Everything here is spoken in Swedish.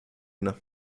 inne